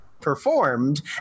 performed